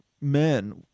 men